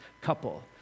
couple